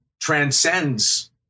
transcends